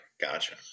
Gotcha